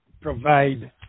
provide